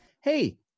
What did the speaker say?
Hey